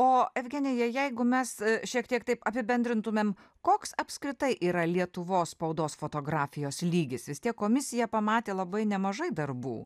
o evgenija jeigu mes šiek tiek taip apibendrintumėm koks apskritai yra lietuvos spaudos fotografijos lygis vis tiek komisija pamatė labai nemažai darbų